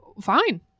fine